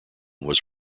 was